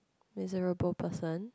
miserable person